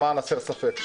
למען הסר ספק,